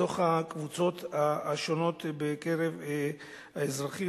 בתוך הקבוצות השונות בקרב האזרחים,